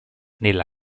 nella